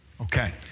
Okay